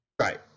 Right